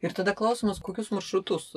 ir tada klausimas kokius maršrutus